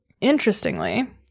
interestingly